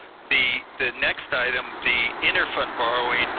the the next item, the interfund borrowing,